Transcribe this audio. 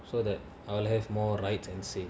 so that I'll have more rights and say